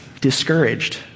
discouraged